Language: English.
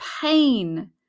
pain